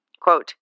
Quote